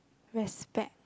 respect